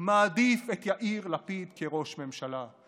מעדיף את יאיר לפיד כראש ממשלה.